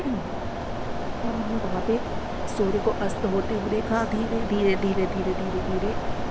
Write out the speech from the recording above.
और हमने वहाँ पर सूर्य को अस्त होते हुए देखा धीरे धीरे धीरे धीरे धीरे धीरे